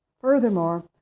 Furthermore